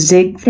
Zig